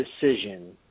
decision